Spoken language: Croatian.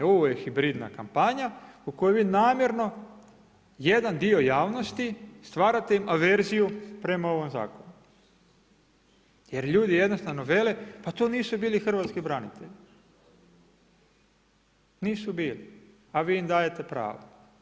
Ovo je hibridna kampanja u kojoj vi namjerno jedan dio javnosti stvarate im averziju prema ovom zakonu jer ljudi jednostavno vele pa to nisu bili hrvatski branitelji, nisu bili, a vi im dajete prava.